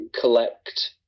collect